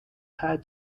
her